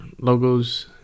logos